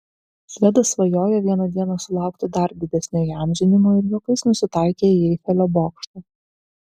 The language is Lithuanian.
švedas svajoja vieną dieną sulaukti dar didesnio įamžinimo ir juokais nusitaikė į eifelio bokštą